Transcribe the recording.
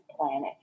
planet